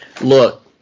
Look